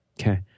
Okay